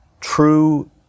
true